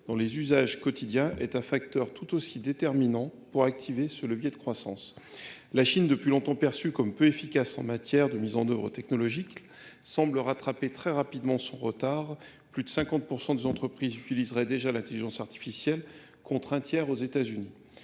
dans les usages quotidiens est un facteur tout aussi déterminant pour activer ce levier de croissance. La Chine, depuis longtemps perçue comme peu efficace en matière de mise en œuvre technologique, semble rattraper très rapidement son retard. Plus de 50% des entreprises utiliseraient déjà l'intelligence artificielle contre un tiers aux États-Unis.